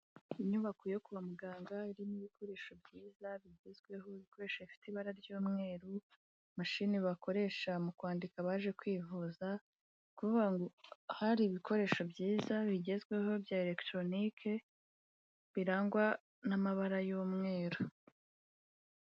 Inyubako yo kwa muganga irimo ibikoresho byiza bigezweho ibikoresho bifite ibara ry'umweru, mashini bakoresha mu kwandika abaje kwivuza, hari ibikoresho byiza bigezweho bya elegitoronike birangwa n'amabara y'umweru.